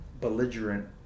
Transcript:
belligerent